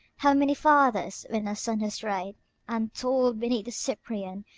how many fathers, when a son has strayed and toiled beneath the cyprian,